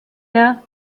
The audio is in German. der